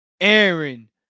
Aaron